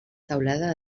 teulada